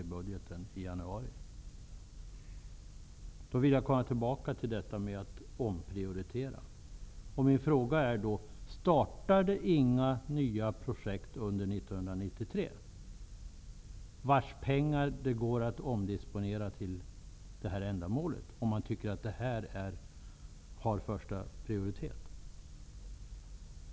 Om det är så att kommunikationsministern inte har pengar i budgeten i januari, startar det inga nya projekt under 1993 vars pengar kan omdisponeras till det här ändamålet, förutsatt att man anser att en bro över Ångermanälven har högsta prioritet?